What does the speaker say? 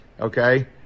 okay